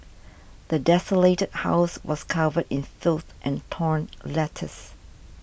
the desolated house was covered in filth and torn letters